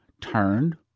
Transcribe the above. turned